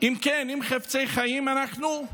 אם כן, אם חפצי חיים אנחנו,